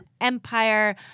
Empire